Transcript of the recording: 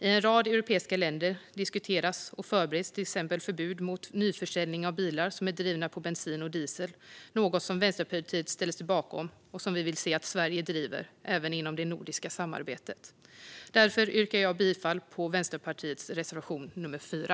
I en rad europeiska länder diskuteras och förbereds till exempel förbud mot nyförsäljning av bilar som drivs med bensin eller diesel. Det är något som Vänsterpartiet ställer sig bakom och som vi vill att Sverige ska driva även inom det nordiska samarbetet. Därför yrkar jag bifall till Vänsterpartiets reservation nummer 4.